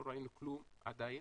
לא ראינו כלום עדיין.